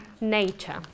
nature